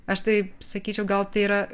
aš taip sakyčiau gal tai yra